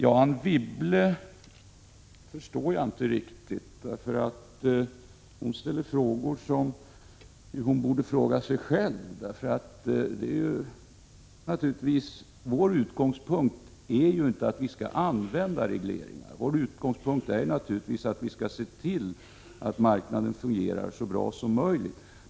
Anne Wibble förstår jag inte riktigt, för hon ställer frågor som hon borde ställa till sig själv. Vår utgångspunkt är naturligtvis inte att vi skall använda regleringar. Nej, vår utgångspunkt är att vi skall se till att marknaden fungerar så bra som möjligt.